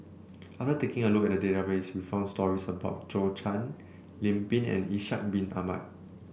another taking a look at database we found stories about Zhou Can Lim Pin and Ishak Bin Ahmad